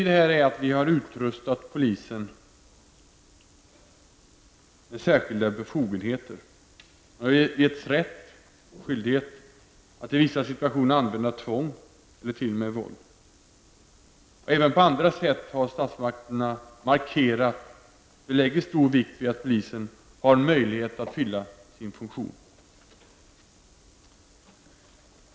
Stsmakterna har utrustat polisen med särskilda befogenheter. Polisen har getts rätt, och skyldighet, att i vissa situationer använda tvång eller t.o.m. våld. Även på andra sätt har statsmakterna markerat att vi lägger stor vikt vid att polisen har möjlighet att fylla sin funktion.